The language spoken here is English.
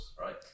right